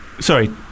sorry